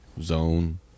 zone